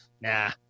Nah